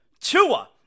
Tua